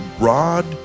rod